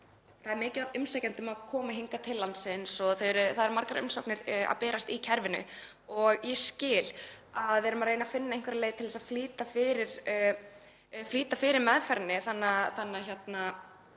Það er mikið af umsækjendum að koma hingað til landsins og það eru margar umsóknir að berast í kerfinu. Ég skil að við erum að reyna að finna einhverja leið til að flýta meðferðinni þannig að